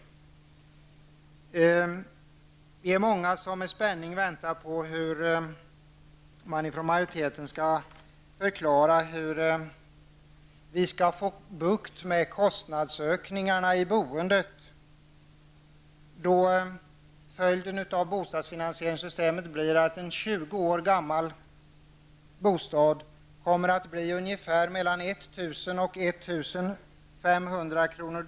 Vi är många som med spänning väntar på hur majoriteten skall förklara hur vi skall få bukt med kostnadsökningarna i boendet när följden av det nya bostadsfinansieringssystemet blir att en 20 år gammal bostad kommer att bli ca 1 000--1 500 kr.